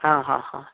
आ हा हा